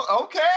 okay